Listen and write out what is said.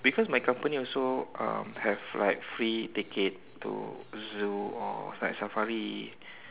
because my company also um have like free ticket to zoo or night safari